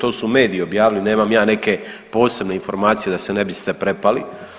To su mediji objavili nemam ja neke posebne informacije da se ne biste prepali.